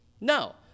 No